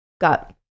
Got